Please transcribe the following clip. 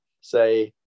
say